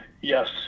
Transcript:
yes